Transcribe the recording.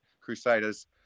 Crusaders